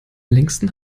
längsten